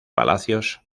palacios